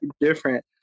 different